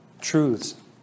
truths